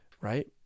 right